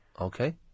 Okay